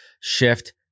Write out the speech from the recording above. shift